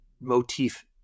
motif